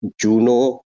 juno